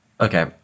Okay